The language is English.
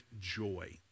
joy